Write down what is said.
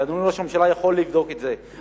ואדוני ראש הממשלה יכול לבדוק את זה,